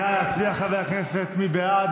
נא להצביע חברי הכנסת, מי בעד?